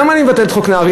למה אני מבטל את חוק נהרי?